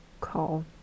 call